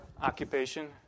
Occupation